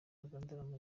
zandura